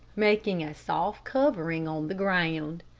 making a soft covering on the ground.